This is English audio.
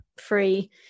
free